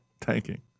Tanking